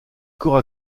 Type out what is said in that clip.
corps